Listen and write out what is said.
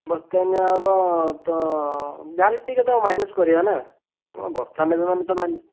ବସ୍ତେ ନିଆହବ ତ ଯାହା ହେଲେ ଟିକିଏ ତ ମାଇନସ୍ କରିବା ନା ଆପଣ ବସ୍ତା ନେବେ ତ ମାଇନସ୍